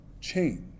change